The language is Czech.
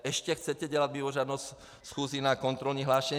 Ještě chcete dělat mimořádnou schůzi na kontrolní hlášení.